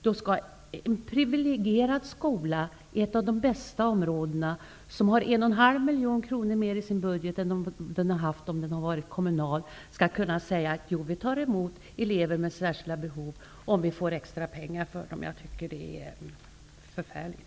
Då skall en privilegierad skola i ett av de bästa områdena, en skola som har en och en halv miljon kronor mer i sin budget än den hade haft om den varit kommunal, kunna säga: Jo, vi tar emot elever med särskilda behov, om vi får extra pengar för dem. Jag tycker att det är förfärligt.